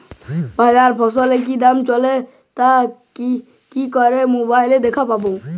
বাজারে ফসলের কি দাম চলছে তা কি করে মোবাইলে দেখতে পাবো?